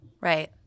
Right